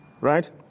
Right